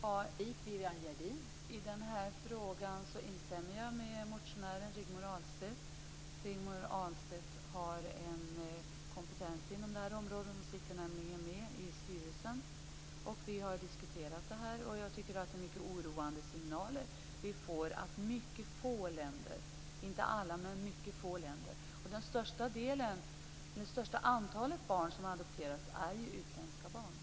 Fru talman! I den här frågan instämmer jag med motionären Rigmor Ahlstedt. Hon har kompetens på området. Hon sitter nämligen med i styrelsen. Vi har diskuterat detta och jag tycker att det är mycket oroande signaler vi får - det rör sig om mycket få länder. Flertalet barn som adopteras är ju utländska barn.